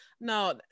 No